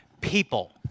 people